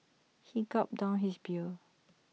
he gulped down his beer